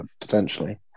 potentially